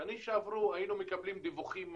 בשנים שעברו היינו מקבלים דיווחים מהשטח.